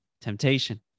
temptation